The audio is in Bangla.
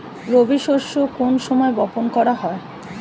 রবি শস্য কোন সময় বপন করা হয়?